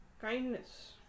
kindness